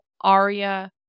Aria